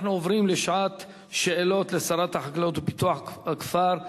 אנחנו עוברים לשעת שאלות לשרת החקלאות ופיתוח הכפר,